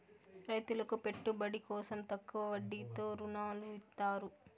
రైతులకు పెట్టుబడి కోసం తక్కువ వడ్డీతో ఋణాలు ఇత్తారు